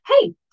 Hey